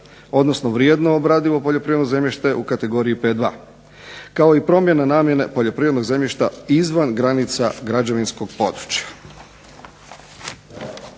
odnosno vrijedno obradivo poljoprivredno zemljište u kategoriji P2 kao i promjena namjene poljoprivrednog zemljišta izvan granica građevinskog područja.